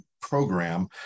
program